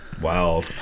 Wow